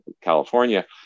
California